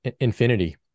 infinity